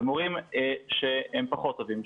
מורים שהם פחות טובים,